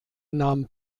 nahm